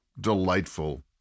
delightful